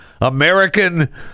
american